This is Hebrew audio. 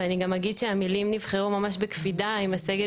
ואני גם אגיד שהמילים נבחרו ממש בקפידה עם הסגל